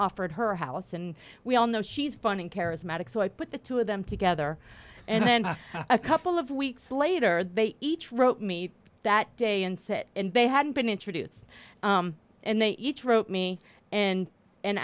offered her house and we all know she's fun and charismatic so i put the two of them together and then a couple of weeks later they each wrote me that day and sit in bay had been introduced and they each wrote me and